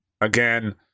again